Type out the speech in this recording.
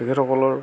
তেখেতসকলৰ